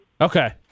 Okay